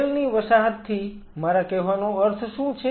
cell ની વસાહતથી મારા કહેવાનો અર્થ શું છે